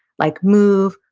like move,